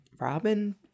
Robin